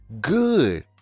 good